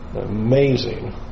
Amazing